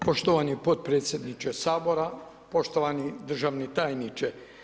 Poštovani podpredsjedniče Sabora, poštovani državni tajniče.